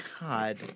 God